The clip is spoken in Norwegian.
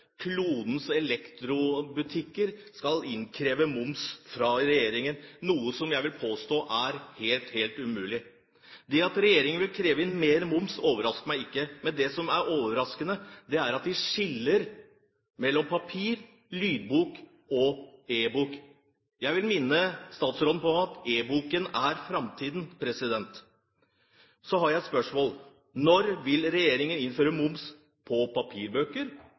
klodens elektrobutikker skal innkreve moms, noe som jeg vil påstå er helt, helt umulig. Det at regjeringen vil kreve inn mer moms, overrasker meg ikke. Men det som er overraskende, er at de skiller mellom papirbok, lydbok og e-bok. Jeg vil minne statsråden på at e-boken er framtiden. Så har jeg et spørsmål: Når vil regjeringen innføre moms på papirbøker